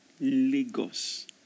Lagos